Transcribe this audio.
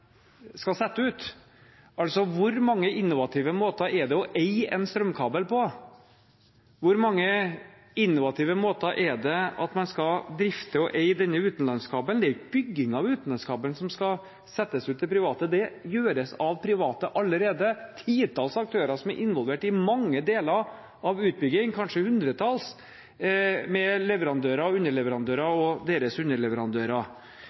Hvor mange innovative måter er det å eie en strømkabel på – hvor mange innovative måter er det å drifte og eie denne utenlandskabelen på? Det er jo ikke legging av utenlandskabelen som skal settes ut til private – det gjøres av private allerede. Det er et titalls, kanskje hundretalls, aktører som er involvert i mange deler av utbyggingen – leverandører, underleverandører og deres underleverandører.